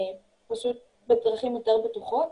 פשוט בדרכים יותר בטוחות.